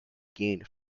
gained